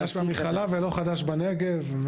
לא חדש במכללה לא חדש בנגב.